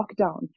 lockdown